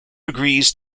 agrees